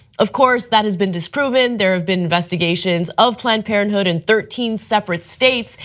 of course that has been disproven, there have been investigations of planned parenthood in thirteen separate states,